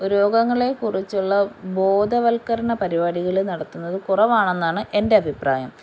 രോഗങ്ങളെ കുറിച്ചുള്ള ബോധവൽക്കരണ പരിപാടികൾ നടത്തുന്നത് കുറവാണെന്നാണ് എൻ്റെ അഭിപ്രായം